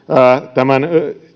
tämän